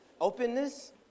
openness